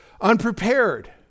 unprepared